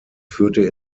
führte